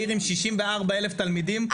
עיר עם 64,000 תלמידים,